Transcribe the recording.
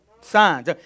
Signs